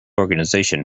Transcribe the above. organization